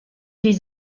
les